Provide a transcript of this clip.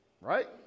right